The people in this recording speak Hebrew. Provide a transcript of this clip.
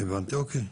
הבנתי, אוקיי.